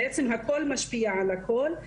בעצם הכל משפיע על הכל.